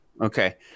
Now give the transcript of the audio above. Okay